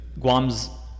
Guam's